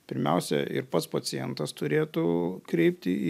pirmiausia ir pats pacientas turėtų kreipti į